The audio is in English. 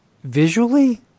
Visually